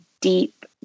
deep